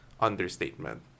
understatement